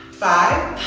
five.